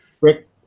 Rick